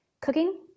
cooking